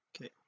okay